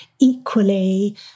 equally